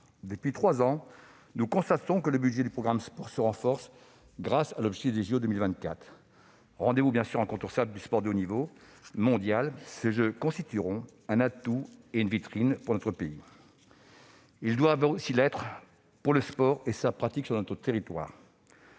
Depuis trois ans, nous constatons que le budget du programme « Sport » se renforce grâce à l'objectif des JO 2024. Rendez-vous incontournable du sport de haut niveau mondial, ces jeux constitueront un atout et une vitrine pour notre pays. Ils doivent aussi l'être pour le sport et sa pratique sur notre territoire.